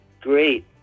great